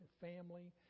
family